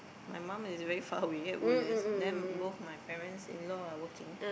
my mom is very far away at Woodlands then both my parents in law are working